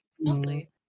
Mostly